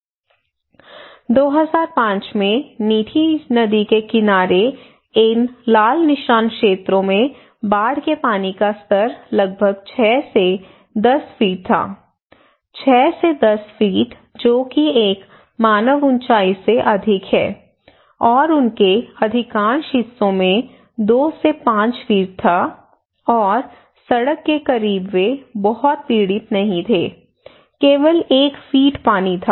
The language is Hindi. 2005 में मीठी नदी के करीब इन लाल निशान क्षेत्रों में बाढ़के पानी का स्तर लगभग छह से दस फीट था छह से दस फीट जो कि एक मानव ऊंचाई से अधिक है और उनके अधिकांश हिस्सों में दो से पांच फीट था और सड़क के करीब वे बहुत पीड़ित नहीं थे केवल एक फीट पानी था